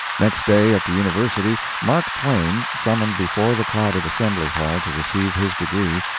next day at the university mark twain, summoned before the crowded assembly-hall to receive his degree,